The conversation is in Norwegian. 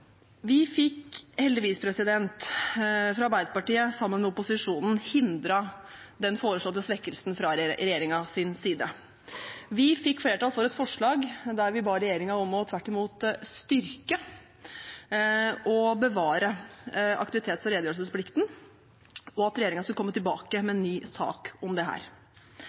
Arbeiderpartiet fikk heldigvis, sammen med opposisjonen, hindret regjeringens foreslåtte svekkelse. Vi fikk flertall for et forslag der vi ba regjeringen om tvert imot å styrke og bevare aktivitets- og redegjørelsesplikten, og at regjeringen skulle komme tilbake med ny sak om dette. Det er her